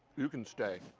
you can stay.